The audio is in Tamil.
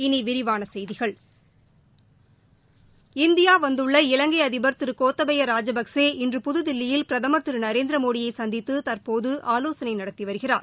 இனி விரிவான செய்திகள் இந்தியா வந்துள்ள இலங்கை அதிபா் திரு கோத்தபய ராஜபக்ஷே இன்று புதுதிலியில் பிரதமா் திரு நரேந்திரமோடியை சந்தித்து தற்போது ஆவோசனை நடத்தி வருகிறார்